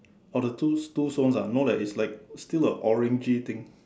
or the two two swans ah no leh it's like still a orangey thing